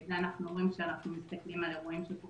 ואת זה אנחנו אומרים כשאנחנו מסתכלים על האירועים שקורים